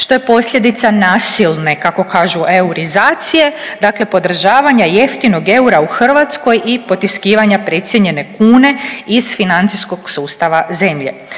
što je posljedica nasilne, kako kažu, eurizacije, dakle podržavanja jeftinog eura u Hrvatskoj i potiskivanja precijenjene kune iz financijskog sustava zemlje.